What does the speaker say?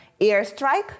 airstrike